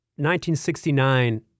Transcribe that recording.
1969